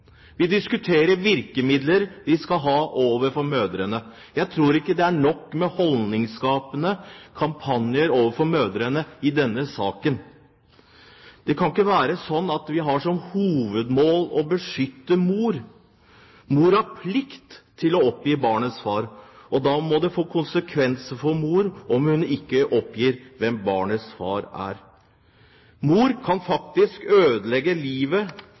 Vi diskuterer virkemidler vi skal ha overfor mødrene. Jeg tror ikke det er nok med holdningsskapende kampanjer overfor mødrene i denne saken. Det kan ikke være slik at vi har som hovedmål å beskytte mor. Mor har plikt til å oppgi navn på barnets far, og da må det få konsekvenser for mor om hun ikke oppgir hvem barnets far er. Mor kan faktisk ødelegge resten av livet